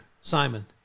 Simon